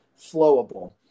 flowable